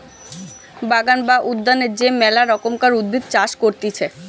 বাগান বা উদ্যানে যে মেলা রকমকার উদ্ভিদের চাষ করতিছে